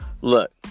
Look